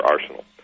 arsenal